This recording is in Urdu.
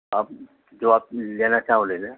اب جو آپ لینا چاہو لے لینا